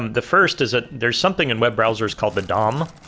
the first is that there's something in web browsers called the dom.